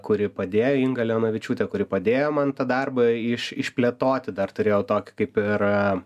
kuri padėjo inga leonavičiūtė kuri padėjo man tą darbą iš išplėtoti dar turėjau tokį kaip ir